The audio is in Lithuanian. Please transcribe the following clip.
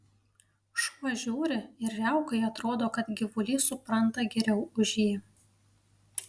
šuo žiūri ir riaukai atrodo kad gyvulys supranta geriau už jį